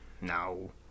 No